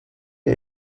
ihr